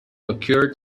occur